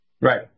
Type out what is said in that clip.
Right